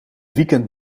weekend